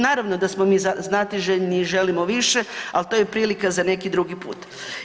Naravno da smo mi znatiželjni i želimo više, al to je prilika za neki drugi put.